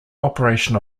operation